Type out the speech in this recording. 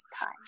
time